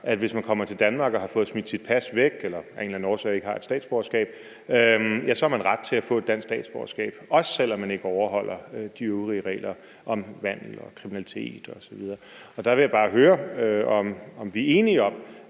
at hvis man kommer til Danmark og har fået smidt sit pas væk eller af en eller anden årsag ikke har et statsborgerskab, ja, så har man ret til at få et dansk statsborgerskab, også selv om man ikke overholder de øvrige regler om vandel og kriminalitet osv. Der vil jeg bare høre, om vi er enige om,